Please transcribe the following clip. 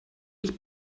ich